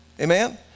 Amen